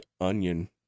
onion